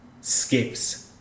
skips